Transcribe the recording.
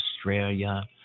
Australia